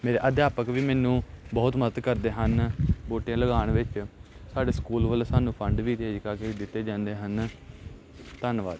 ਮੇਰੇ ਅਧਿਆਪਕ ਵੀ ਮੈਨੂੰ ਬਹੁਤ ਮਦਦ ਕਰਦੇ ਹਨ ਬੂਟੇ ਲਗਾਉਣ ਵਿੱਚ ਸਾਡੇ ਸਕੂਲ ਵੱਲੋਂ ਸਾਨੂੰ ਫੰਡ ਵੀ ਕਰਕੇ ਦਿੱਤੇ ਜਾਂਦੇ ਹਨ ਧੰਨਵਾਦ